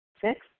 Six